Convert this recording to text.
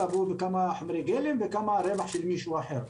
מול כמה חומרי גלם ומה הרווח של מישהו אחר.